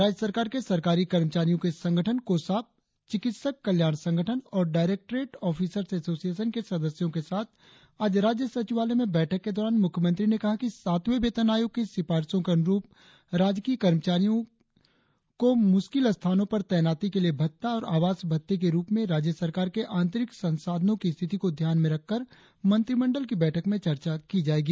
राज्य सरकार के सरकारी कर्मचारियों के संगठन कोसाप चिकित्सक कल्याण संगठन और डायरेक्ट्रेट ऑफिसर्स एसोसिएशन के सदस्यों के साथ आज राज्य सचिवालय में बैठक के दौरान मुख्यमंत्री ने कहा कि सातवें वेतन आयोग की सिफारिशों के अनुरुप राजकीय कर्मचारियों को मुश्किल स्थानों पर तैनाती के लिए भत्ता और आवास भत्ते के मुद्दे पर राज्य सरकार के आंतरिक संसाधनों की स्थिति को ध्यान में रखकर मंत्रिमंडल की बैठक में चर्चा की जायेगी